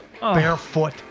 barefoot